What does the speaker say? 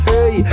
Hey